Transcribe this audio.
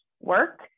work